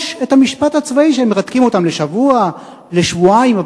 יש המשפט הצבאי, שמרתקים אותם לשבוע, לשבועיים.